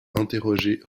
interroger